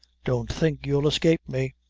don't think you'll escape me.